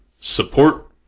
support